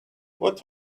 what